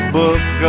book